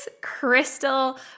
Crystal